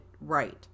right